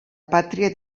pàtria